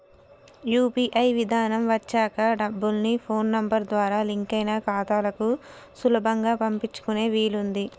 UPI విధానం వచ్చాక డబ్బుల్ని ఫోన్ నెంబర్ ద్వారా లింక్ అయిన ఖాతాలకు సులభంగా పంపించుకునే వీలుంది